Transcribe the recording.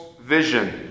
vision